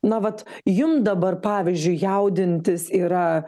na vat jum dabar pavyzdžiui jaudintis yra